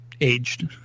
aged